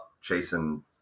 chasing